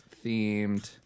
themed